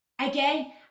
again